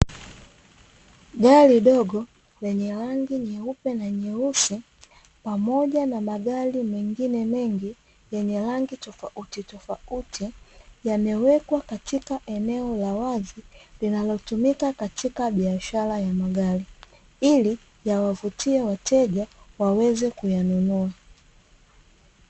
Gari dogo lenye rangi nyeupe na nyeusi pamoja na magari mengine mengi yenye rangi tofautitofauti, yamewekwa katika eneo la wazi linalotumika katika biashara ya magari, ili yawavutie wateja waweze kuyanunua.